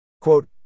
Quote